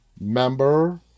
member